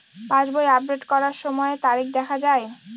পাসবই update করার সময়ে তারিখ দেখা য়ায়?